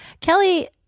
Kelly